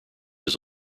his